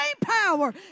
power